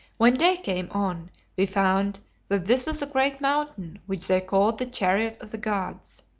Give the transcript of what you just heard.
when day came on we found that this was a great mountain which they called the chariot of the gods.